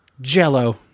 Jell-O